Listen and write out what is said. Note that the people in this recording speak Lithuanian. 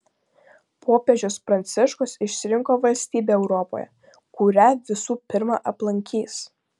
popiežius pranciškus išsirinko valstybę europoje kurią visų pirma aplankys